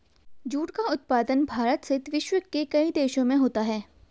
jute का उत्पादन भारत सहित विश्व के कई देशों में होता है